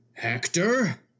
Hector